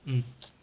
mm